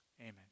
Amen